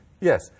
Yes